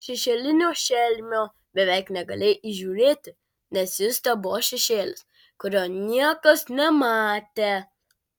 šešėlinio šelmio beveik negalėjai įžiūrėti nes jis tebuvo šešėlis kurio niekas nematė